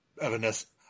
Evanescence